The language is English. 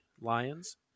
lions